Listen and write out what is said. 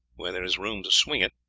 where there is room to swing it,